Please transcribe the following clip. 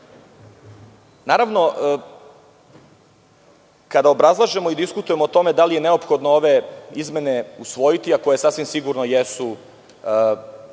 kada obrazlažemo i diskutujemo o tome da li je neophodne ove izmene usvojiti, a koje sasvim sigurno jesu